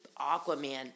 Aquaman